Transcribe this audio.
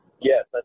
Yes